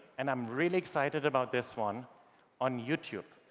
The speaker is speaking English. and i'm really excited about this one on youtube.